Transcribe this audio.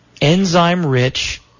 enzyme-rich